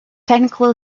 technical